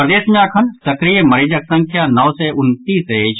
प्रदेश मे अखन सक्रिय मरीजक संख्या नओ सय उनतीस अछि